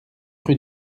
rue